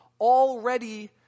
already